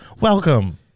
welcome